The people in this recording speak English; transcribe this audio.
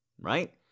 Right